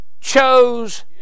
chose